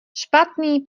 špatný